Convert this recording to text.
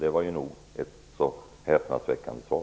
Det var ett nog så häpnadsväckande svar.